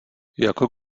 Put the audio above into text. jako